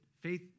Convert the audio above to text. Faith